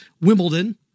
Wimbledon